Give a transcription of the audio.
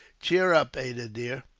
cheer up, ada dear,